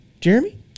Jeremy